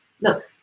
Look